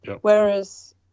whereas